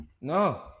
No